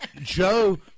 Joe